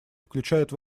включают